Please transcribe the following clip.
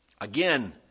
Again